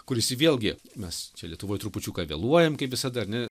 kuris ir vėlgi mes čia lietuvoj trupučiuką vėluojam kaip visada ar ne